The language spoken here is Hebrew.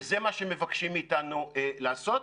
וזה מה שמבקשים מאתנו לעשות,